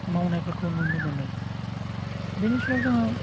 मावनायफोरखौ नुनो मोनो बेनि सायाव जोङो